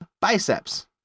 biceps